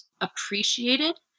appreciated